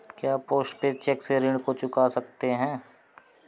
क्या post paid cheque से ऋण को चुका सकते हैं?